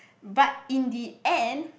but in the end